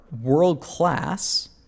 world-class